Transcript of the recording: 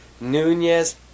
Nunez